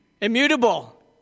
Immutable